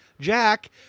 Jack